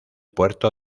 puerto